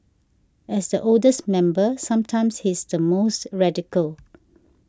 as the oldest member sometimes he's the most radical